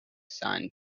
sand